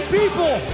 people